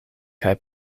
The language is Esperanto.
kaj